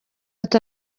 ati